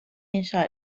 inşa